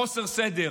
חוסר סדר,